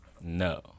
No